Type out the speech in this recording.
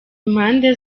impande